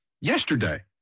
yesterday